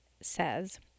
says